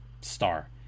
star